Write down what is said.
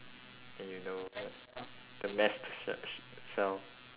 then you know wha~ the mast c~ ce~ cell